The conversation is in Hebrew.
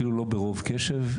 אפילו לא ברוב קשב,